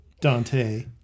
Dante